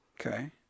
Okay